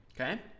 Okay